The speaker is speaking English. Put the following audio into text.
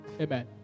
Amen